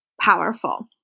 powerful